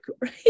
right